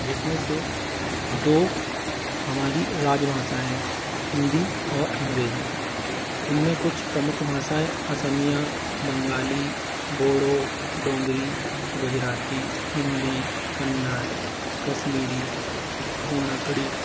जिस में से दो हमारी राजभाषा है हिंदी और अंग्रेजी इनमें कुछ प्रमुख भाषाएं असमियां बंगाली बोडो डोंगरी गुजराती हिंदी कन्नड़ कश्मीरी कोडाकड़ी